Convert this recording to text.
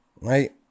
right